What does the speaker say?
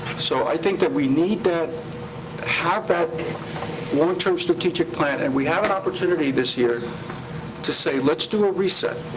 so i think that we need to have that long-term strategic plan, and we have an opportunity this year to say, let's do a reset.